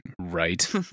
Right